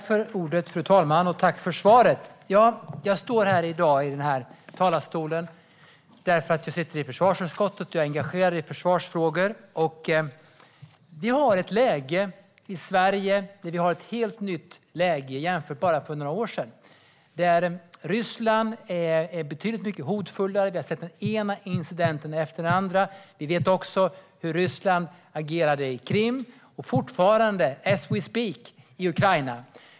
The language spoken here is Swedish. Fru talman! Jag tackar för svaret. Jag står i den här talarstolen i dag därför att jag sitter i försvarsutskottet och är engagerad i försvarsfrågor. Vi har i Sverige ett helt nytt läge jämfört med för bara några år sedan. Ryssland är betydligt hotfullare. Vi har sett den ena incidenten efter den andra. Vi vet också hur Ryssland agerade på Krim och fortfarande - as we speak - i Ukraina.